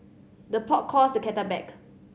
the pot calls the kettle back